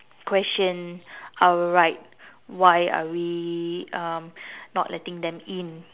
question our right why are we um not letting them in